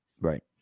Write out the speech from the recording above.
right